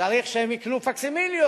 צריך שהם יקנו פקסימיליות.